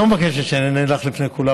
את לא מבקשת שאני אענה לך לפני כולם.